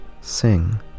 sing